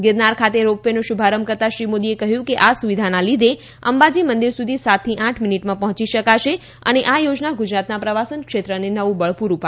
ગીરનાર ખાતે રો પ વેનો શુભારંભ કરાવતાં શ્રી મોદીએ કહ્યું કે આ સુવિધાના લીધે અંબાજી મંદીર સુધી સાત થી આઠ મીનીટમાં પહોંચી શકાશે અને આ યોજના ગુજરાતના પ્રવાસન ક્ષેત્રને નવું બળ પુરું પાડશે